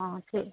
অঁ